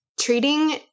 treating